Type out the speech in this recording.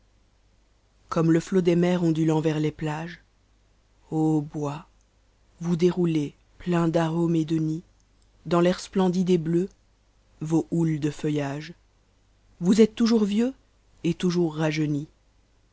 comme le co des mers ondulant vers tes plages bois vous déroutez pleins d'arôme et de n ds dansjfairsptendtdeetmea vos boutes de feaimages vous êtes toujours vieux et toujours rajeunît